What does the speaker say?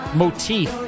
motif